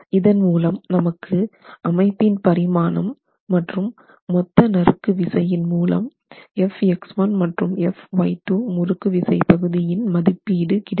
இதன் மூலம் நமக்கு அமைப்பின் பரிமாணம் மற்றும் மொத்த நறுக்கு விசையின் மூலம் Fx1 மற்றும் Fy2 முறுக்கு விசை பகுதியின் மதிப்பீடு கிடைக்கும்